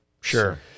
sure